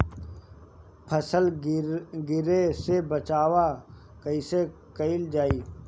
फसल गिरे से बचावा कैईसे कईल जाई?